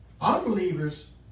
Unbelievers